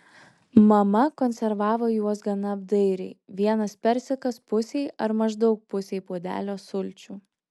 mama konservavo juos gana apdairiai vienas persikas pusei ar maždaug pusei puodelio sulčių